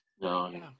No